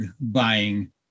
buying